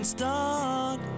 start